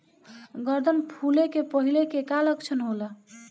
गर्दन फुले के पहिले के का लक्षण होला?